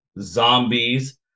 zombies